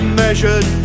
measured